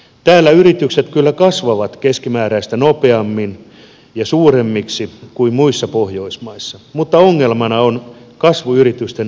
täällä yritykset kyllä kasvavat keskimääräistä nopeammin ja suuremmiksi kuin muissa pohjoismaissa mutta ongelmana on kasvuyritysten vähäinen määrä